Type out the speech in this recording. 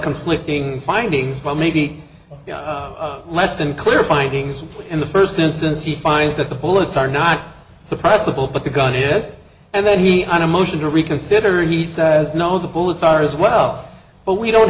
conflicting findings but maybe less than clear findings in the first instance he finds that the bullets are not suppressed of all but the gun yes and then he on a motion to reconsider he says no the bullets are as well but we don't